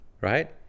right